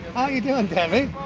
how you doing debbie?